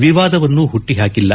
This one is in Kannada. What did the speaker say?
ವಿವಾದವನ್ನೂ ಹುಟ್ಟುಹಾಕಿಲ್ಲ